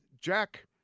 Jack